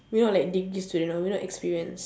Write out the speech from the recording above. we not like degree student you know we not experienced